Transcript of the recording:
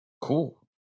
Cool